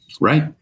Right